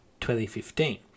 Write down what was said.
2015